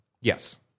Yes